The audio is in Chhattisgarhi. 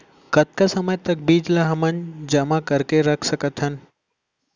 कतका समय तक बीज ला हमन जेमा करके रख सकथन?